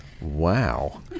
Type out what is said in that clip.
Wow